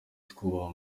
twubaha